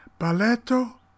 Balletto